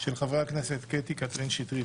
של חברי הכנסת קטי קטרין שטרית,